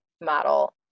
model